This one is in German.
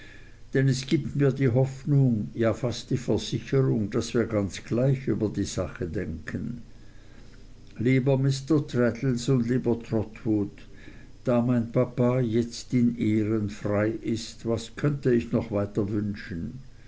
denn es gibt mir die hoffnung ja fast die versicherung daß wir ganz gleich über die sache denken lieber mr traddles und lieber trotwood da mein papa jetzt in ehren frei ist was könnte ich noch weiter wünschen